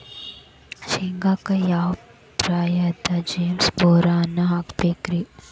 ಶೇಂಗಾಕ್ಕ ಯಾವ ಪ್ರಾಯದಾಗ ಜಿಪ್ಸಂ ಬೋರಾನ್ ಹಾಕಬೇಕ ರಿ?